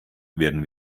werden